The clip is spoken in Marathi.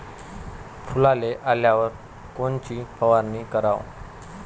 फुलाले आल्यावर कोनची फवारनी कराव?